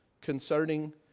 concerning